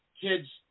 kids